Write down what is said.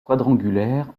quadrangulaire